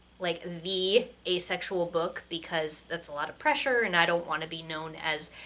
like, the asexual book, because that's a lot of pressure and i don't wanna be known as,